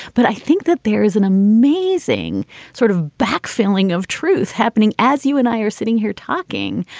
but i think that there is an amazing sort of backfilling of truth happening as you and i are sitting here talking.